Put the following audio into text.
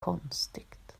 konstigt